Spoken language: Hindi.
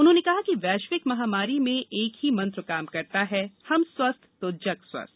उन्होंने कहा कि वैश्विक महामारी में एक ही मंत्र काम करता है हम स्वस्थ तो जग स्वस्थ